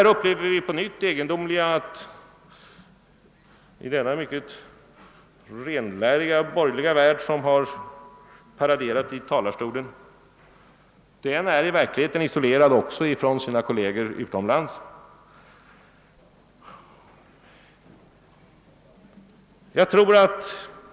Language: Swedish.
Här upplever vi på nytt det egendomliga att denna mycket renläriga borgerliga värld som paraderat i talarstolen i verkligheten också är isolerad från sina kolleger utomlands.